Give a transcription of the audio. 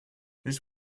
this